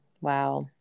wow